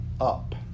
up